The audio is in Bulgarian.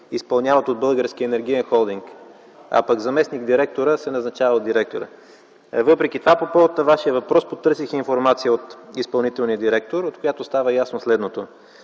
изпълняват от Българския енергиен холдинг. А пък заместник-директорът се назначава от директора. Въпреки това по повод Вашия въпрос потърсих информация от изпълнителния директор, от която става ясно следното